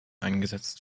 eingesetzt